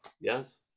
yes